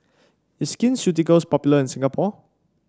is Skin Ceuticals popular in Singapore